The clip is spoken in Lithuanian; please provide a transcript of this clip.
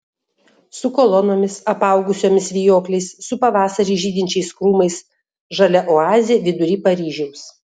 su kolonomis apaugusiomis vijokliais su pavasarį žydinčiais krūmais žalia oazė vidury paryžiaus